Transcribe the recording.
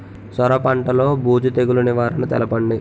సొర పంటలో బూజు తెగులు నివారణ తెలపండి?